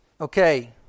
Okay